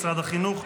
משרד החינוך,